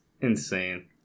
insane